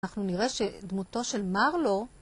אנחנו נראה שדמותו של מרלו